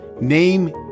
name